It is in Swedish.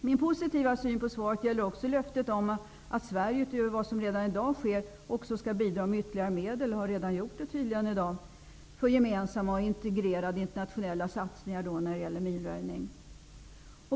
Min positiva syn på interpellationssvaret gäller också löftet om att Sverige, utöver vad som redan i dag sker, skall bidra med ytterligare medel -- det har vi tydligen i dag redan gjort -- för gemensamma och integrerade internationella satsningar när det gäller minröjning.